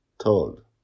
told